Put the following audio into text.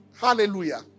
Hallelujah